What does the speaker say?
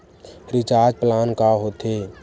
Recharge plan का होथे?